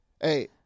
Hey